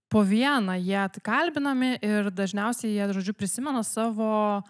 po vieną jie t kalbinami ir dažniausiai jie žodžiu prisimena savo